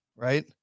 Right